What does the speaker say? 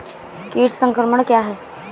कीट संक्रमण क्या है?